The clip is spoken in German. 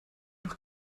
noch